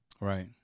Right